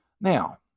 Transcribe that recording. Now